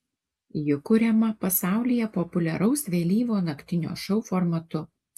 ji kuriama pasaulyje populiaraus vėlyvo naktinio šou formatu